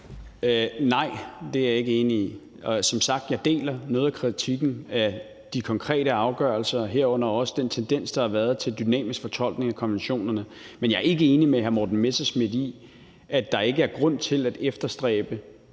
Nej, det er jeg ikke enig i. Som sagt deler jeg noget af kritikken af de konkrete afgørelser, herunder også den tendens, der har været til dynamisk fortolkning af konventionerne, men jeg er ikke enig med hr. Morten Messerschmidt i, at der ikke er grund til at efterstræbe